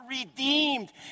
redeemed